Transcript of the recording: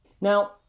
Now